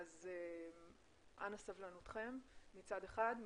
אז אנא סבלנותכם מצד אחד.